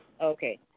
Okay